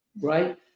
Right